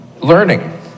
Learning